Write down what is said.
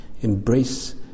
embrace